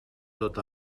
tot